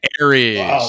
Aries